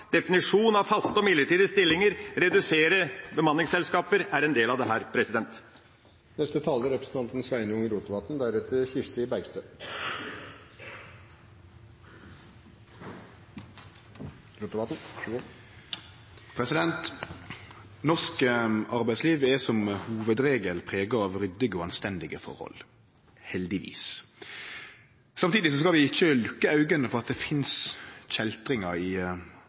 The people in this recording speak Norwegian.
definisjon av faste og midlertidige stillinger og å redusere bemanningsselskaper er en del av dette. Norsk arbeidsliv er som hovudregel prega av ryddige og anstendige forhold – heldigvis. Samtidig skal vi ikkje lukke auga for at det finst kjeltringar i